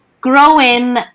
growing